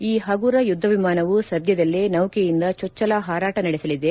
ಈ ಪಗುರ ಯುದ್ದ ವಿಮಾನವು ಸದ್ಯದಲ್ಲೇ ನೌಕೆಯಿಂದ ಚೊಚ್ಚಲ ಹಾರಾಟ ನಡೆಸಲಿದೆ